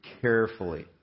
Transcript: carefully